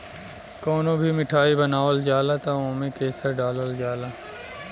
कवनो भी मिठाई बनावल जाला तअ ओमे केसर डालल जाला